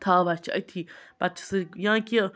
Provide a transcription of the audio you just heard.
تھاوان چھِ أتھی پَتہٕ چھِ سۭتۍ یا کہِ